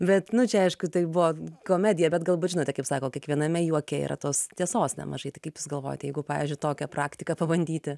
bet nu čia aišku tai buvo komedija bet galbūt žinote kaip sako kiekviename juoke yra tos tiesos nemažai tai kaip galvojate jeigu pavyzdžiui tokią praktika pabandyti